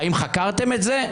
שאלתי: האם חקרתם את זה?